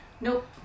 Nope